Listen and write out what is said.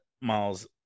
Miles